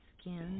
skin